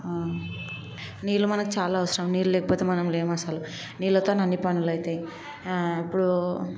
నీళ్ళు మనకి చాలా అవసరం నీళ్ళు లేకపోతే మనం లేము అస్సలు నీళ్ళ తోనే అన్ని పనులు అవుతాయి ఇప్పుడు